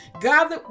God